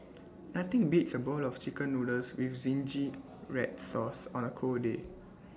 nothing beats A bowl of Chicken Noodles with Zingy Red Sauce on A cold day